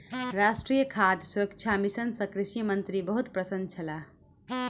राष्ट्रीय खाद्य सुरक्षा मिशन सँ कृषि मंत्री बहुत प्रसन्न छलाह